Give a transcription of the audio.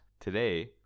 today